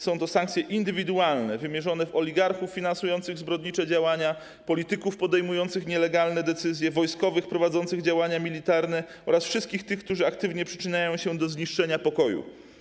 Są to sankcje indywidualne wymierzone w oligarchów finansujących zbrodnicze działania, polityków podejmujących nielegalne decyzje, wojskowych prowadzących działania militarne oraz wszystkich tych, którzy aktywnie przyczyniają się do zniszczenia pokoju.